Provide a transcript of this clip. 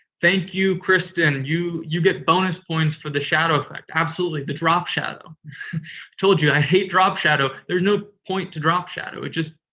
thank you, kristen. you you get bonus points for the shadow effect. absolutely. the drop shadow. i told you, i hate drop shadow. there's no point to drop shadow. it just.